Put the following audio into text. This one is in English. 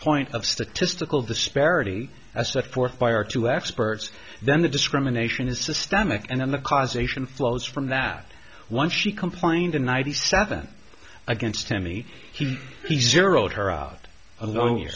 point of statistical disparity as set forth by our two experts then the discrimination is systemic and then the cause ation flows from that once she complained in ninety seven against him he he he zeroed her out alon